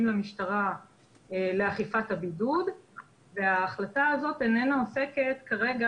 למשטרה לאכיפת הבידוד וההחלטה הזאת איננה עוסקת כרגע